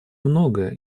многое